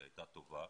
שהיא הייתה טובה,